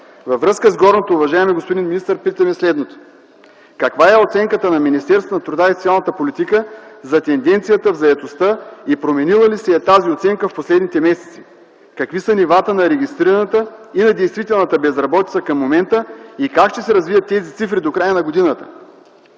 Във връзка с горното, уважаеми господин министър, питаме следното: каква е оценката на Министерството на труда и социалната политика за тенденцията в заетостта и променила ли се е тази оценка през последните месеци? Какви са към момента нивата на регистрираната и на действителната безработица? Как ще се развият тези цифри до края на годината?